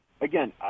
Again